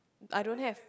I don't have